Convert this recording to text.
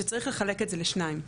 שצריך לחלק את זה לשניים,